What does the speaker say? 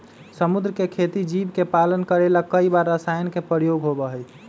समुद्र के खेती जीव के पालन करे ला कई बार रसायन के प्रयोग होबा हई